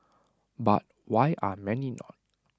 but why are many not